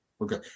Okay